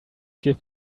give